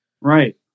Right